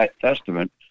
Testament